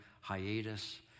hiatus